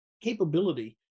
capability